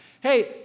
Hey